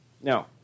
No